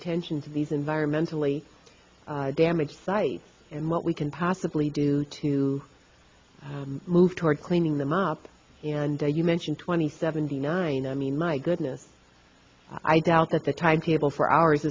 attention to these environmentally damaged sites and what we can possibly do to move toward cleaning them up and you mentioned twenty seventy nine i mean my goodness i doubt that the timetable for ours